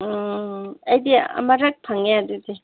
ꯎꯝ ꯑꯩꯗꯤ ꯑꯃꯔꯛ ꯐꯪꯉꯦ ꯑꯗꯨꯗꯤ